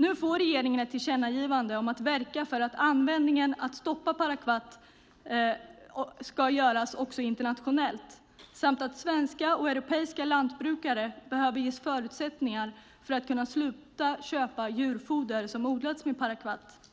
Nu får regeringen ett tillkännagivande om att verka för att användningen av parakvat stoppas också internationellt samt att svenska och europeiska lantbrukare behöver ges förutsättningar för att kunna sluta köpa djurfoder som har odlats med parakvat.